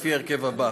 לפי ההרכב הבא: